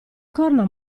corna